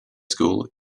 school